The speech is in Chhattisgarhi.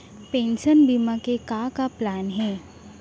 पेंशन बीमा के का का प्लान हे?